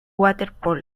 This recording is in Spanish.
waterpolo